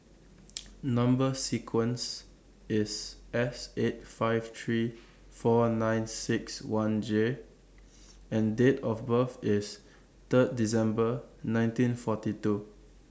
Number sequence IS S eight five three four nine six one J and Date of birth IS Third December nineteen forty two